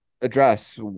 address